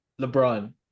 LeBron